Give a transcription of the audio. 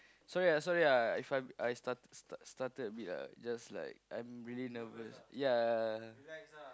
sorry ah sorry ah If I I stutter stutter abit ah I just like I'm really nervous ya